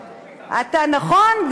נכון,